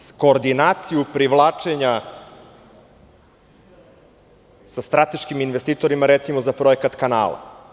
Ko je radio koordinaciju privlačenja sa strateškim investitorima, recimo, za projekat kanala?